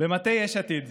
במטה יש עתיד.